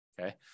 Okay